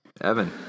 Evan